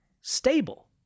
stable